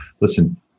listen